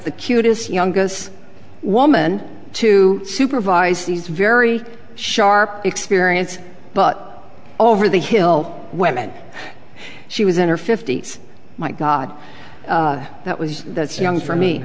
the cutest young woman to supervise these very sharp experience but over the hill when she was in her fifty's my god that was that's young for me